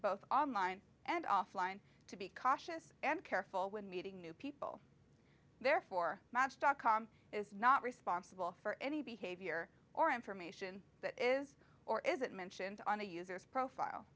both online and offline to be cautious and careful when meeting new people therefore match dot com is not responsible for any behavior or information that is or isn't mentioned on the user's profile